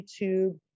YouTube